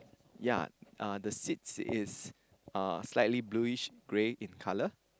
ya uh the seats is uh slightly blueish grey in colour